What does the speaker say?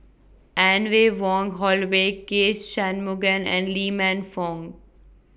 Anne Ray Wong Holloway K Shanmugam and Lee Man Fong